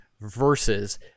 versus